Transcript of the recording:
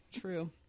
True